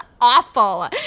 awful